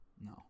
no